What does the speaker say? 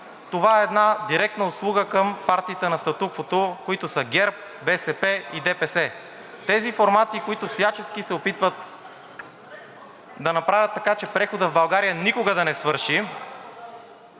Това е една директна услуга към партиите на статуквото, които са ГЕРБ, БСП и ДПС. Тези формации, които всячески се опитват да направят така, че преходът в България никога да не свърши,